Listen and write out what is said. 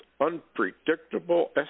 unpredictable